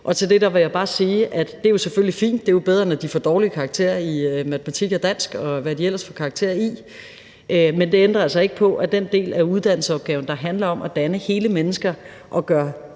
på. Til det vil jeg bare sige, at det selvfølgelig er fint; det er jo bedre, end at de får dårlige karakterer i matematik og dansk, og hvad de ellers får karakterer i. Men det ændrer altså ikke på, at den del af uddannelsesopgaven, der handler om at danne hele mennesker og gøre